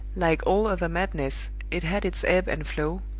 like all other madness, it had its ebb and flow,